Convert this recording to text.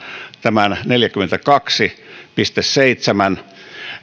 tämän klausuulin neljäkymmentäkaksi piste seitsemän